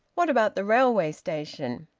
what about the railway station?